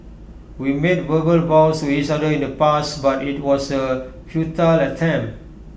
we made verbal vows to each other in the past but IT was A futile attempt